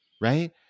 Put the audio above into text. right